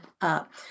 up